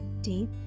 Deep